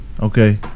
okay